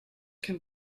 can